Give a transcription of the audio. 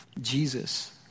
Jesus